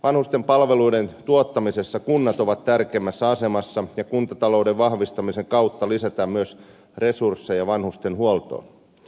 vanhusten palveluiden tuottamisessa kunnat ovat tärkeimmässä asemassa ja kuntatalouden vahvistamisen kautta lisätään myös resursseja vanhustenhuoltoon